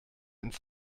ins